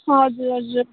हजुर हजुर